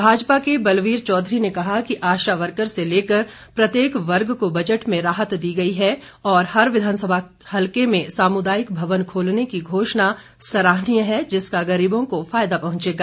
भाजपा के बलबीर चौधरी ने कहा कि आशा वर्कर से लेकर प्रत्येक बर्ग को बजट में राहत दी गई है और हर विघानसभा हल्के में सामुदायिक भवन खोलने की घोषणा सराहनीय है जिसका गरीबों को फायदा पहुंचेगा